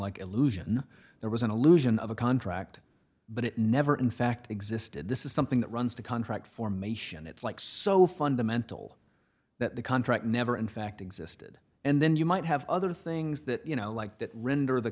illusion there was an illusion of a contract but it never in fact existed this is something that runs to contract formation it's like so fundamental that the contract never in fact existed and then you might have other things that you know like that render the